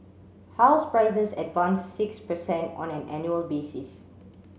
house prices advanced six per cent on an annual basis